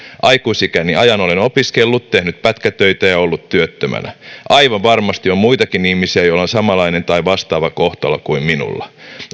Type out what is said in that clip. aikuisikäni ajan olen opiskellut tehnyt pätkätöitä ja ollut työttömänä aivan varmasti on muitakin ihmisiä joilla on samanlainen tai vastaava kohtalo kuin minulla